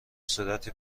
صورت